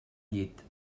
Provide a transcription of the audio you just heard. llit